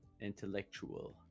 Intellectual